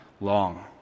long